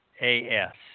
A-S